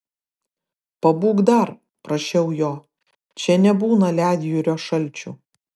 pabūk dar prašiau jo čia nebūna ledjūrio šalčių